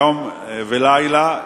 יום ולילה,